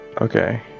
Okay